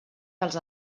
dels